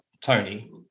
Tony